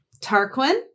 Tarquin